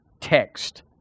text